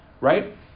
Right